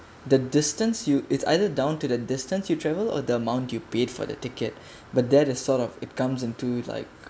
the distance you it's either down to the distance you travel ah the amount you paid for the ticket but they're the sort of it comes into like